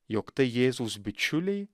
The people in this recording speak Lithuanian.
jog tai jėzaus bičiuliai